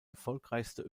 erfolgreichste